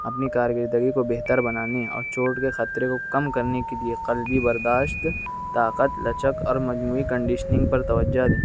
اپنی کارکردگی کو بہتربنانے اور چوٹ کے خطرے کو کم کرنے کے لیے قلبی برداشت طاقت لچک اور مجموعی کڈینشنگ پر توجہ دیں